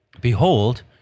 Behold